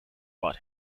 butt